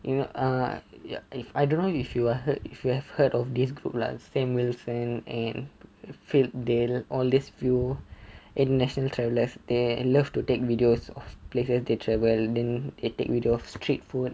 you know err ya if I don't know if you if you have heard of this group lah sam wilson and phil dale all this few international travellers they love to take videos of places they travel then they take video of street food